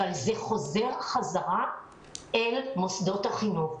אבל זה חוזר חזרה אל מוסדות החינוך.